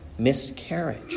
Miscarriage